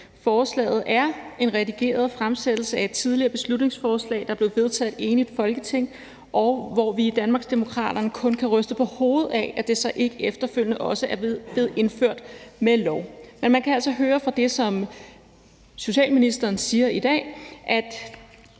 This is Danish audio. Forslaget er en redigering af et tidligere beslutningsforslag, der blev vedtaget af et enigt Folketing, og i Danmarksdemokraterne kan vi kun ryste på hovedet af, at det så ikke efterfølgende også er blevet indført ved lov. Man kan altså høre på det, som socialministeren siger i dag, at